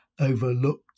overlooked